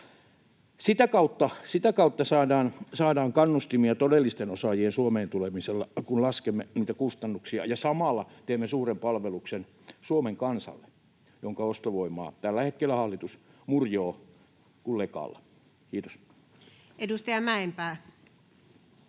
Sitä kautta saadaan kannustimia todellisten osaajien Suomeen tulemiselle, kun laskemme niitä kustannuksia, ja samalla teemme suuren palveluksen Suomen kansalle, jonka ostovoimaa tällä hetkellä hallitus murjoo kuin lekalla. — Kiitos. Edustaja Mäenpää.